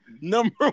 number